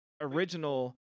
original